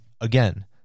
again